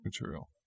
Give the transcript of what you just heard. material